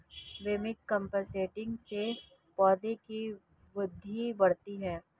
vermi composting से पौधों की वृद्धि बढ़ती है